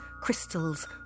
crystals